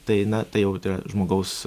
tai na tai jau te žmogaus